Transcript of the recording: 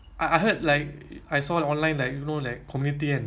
ah macam macam mana nak tahu ah